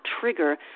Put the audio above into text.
trigger